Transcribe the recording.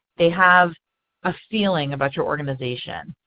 they have a feeling about your organization,